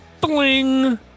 Bling